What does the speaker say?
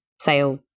sale